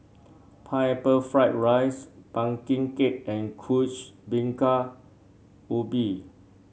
Pineapple Fried Rice pumpkin cake and Kuih Bingka Ubi